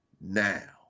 now